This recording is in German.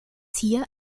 hier